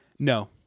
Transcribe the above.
no